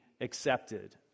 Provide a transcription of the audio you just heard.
accepted